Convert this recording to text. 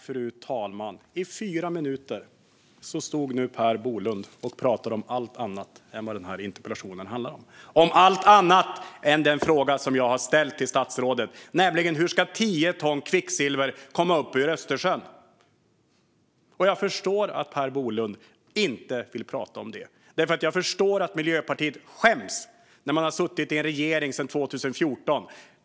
Fru talman! I fyra minuter stod nu Per Bolund och pratade om allt annat än vad interpellationen handlar om - om allt annat än den fråga jag har ställt till statsrådet, nämligen hur tio ton kvicksilver ska tas upp ur Östersjön. Jag förstår att Per Bolund inte vill prata om det eftersom Miljöpartiet skäms efter att ha suttit i regeringen sedan 2014.